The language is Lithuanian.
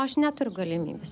aš neturiu galimybės